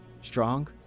Strong